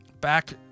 back